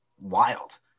wild